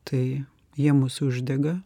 tai jie mus uždega